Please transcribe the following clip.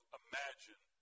imagine